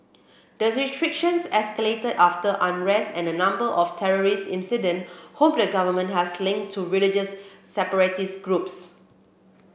the restrictions escalated after unrest and a number of terrorist incident whom the government has linked to religious separatist groups